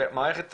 מערכת הבגרות,